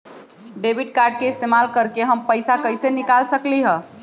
Debit card के इस्तेमाल करके हम पैईसा कईसे निकाल सकलि ह?